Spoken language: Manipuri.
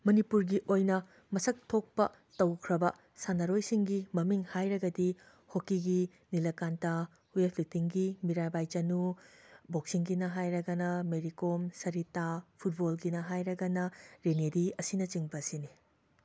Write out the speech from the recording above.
ꯃꯅꯤꯄꯨꯔꯒꯤ ꯑꯣꯏꯅ ꯃꯁꯛ ꯊꯣꯛꯄ ꯇꯧꯈ꯭ꯔꯕ ꯁꯥꯟꯅꯔꯣꯏꯁꯤꯡꯒꯤ ꯃꯃꯤꯡ ꯍꯥꯏꯔꯒꯗꯤ ꯍꯣꯀꯤꯒꯤ ꯅꯤꯂꯀꯥꯟꯇꯥ ꯋꯦꯠ ꯂꯤꯐꯇꯤꯡꯒꯤ ꯃꯤꯔꯥꯕꯥꯏ ꯆꯅꯨ ꯕꯣꯛꯁꯤꯡꯒꯤꯅ ꯍꯥꯏꯔꯒꯅ ꯃꯦꯔꯤ ꯀꯣꯝ ꯁꯔꯤꯇꯥ ꯐꯨꯠꯕꯣꯜꯒꯤꯅ ꯍꯥꯏꯔꯗꯒꯤ ꯔꯦꯅꯦꯗꯤ ꯑꯁꯤꯅꯆꯤꯡꯕꯁꯤꯅꯤ